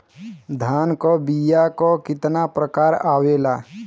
धान क बीया क कितना प्रकार आवेला?